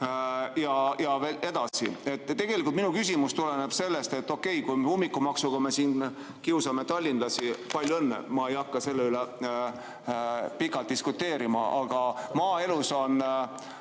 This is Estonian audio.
ja 24. Tegelikult minu küsimus tuleneb sellest, et okei, ummikumaksuga kiusame tallinlasi, palju õnne, ma ei hakka selle üle pikalt diskuteerima, aga maaelu ilma